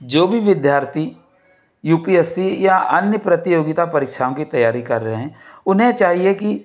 जो भी विद्यार्थी यू पी एस सी या अन्य प्रतियोगिता परीक्षाओं की तैयारी कर रहे हैं उन्हें चाहिए कि